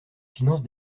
finance